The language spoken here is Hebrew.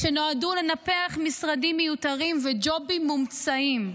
שנועדו לנפח משרדים מיותרים וג'ובים מומצאים.